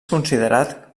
considerat